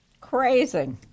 Crazy